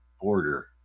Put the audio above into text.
border